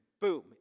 Boom